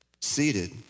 seated